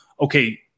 okay